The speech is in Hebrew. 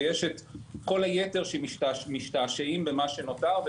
ויש את כול היתר שמשתעשעים במה שנותר,